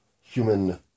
human